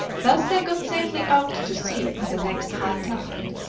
thus they got safely out to sea on the next high tide.